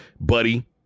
buddy